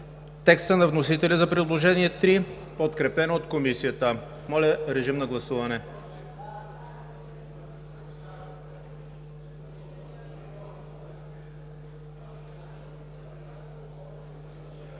текста на вносителя за Приложение № 7, подкрепен от Комисията. Моля, режим на гласуване.